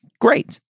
great